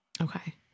Okay